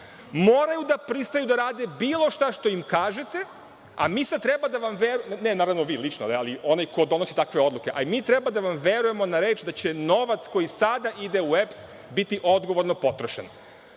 Moraju da pristanu da rade bilo šta što im kažete, a mi sada treba da vam verujemo, ne vi lično, nego onaj ko donosi takve odluke, na reč da će novac koji sada ide u EPS biti odgovorno potrošen.